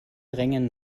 drängen